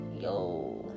yo